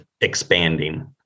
expanding